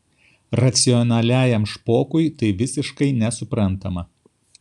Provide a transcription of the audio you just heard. racionaliajam špokui tai visiškai nesuprantama